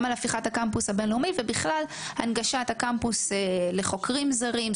גם על הפיכת הקמפוס הבין-לאומי ובכלל הנגשת הקמפוס לחוקרים זרים,